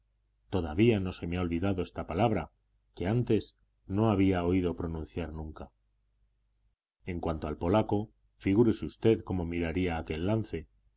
todavía no se me ha olvidado esta palabra que antes no había oído pronunciar nunca en cuanto al polaco figúrese usted cómo miraría aquel lance